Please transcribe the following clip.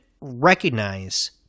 recognize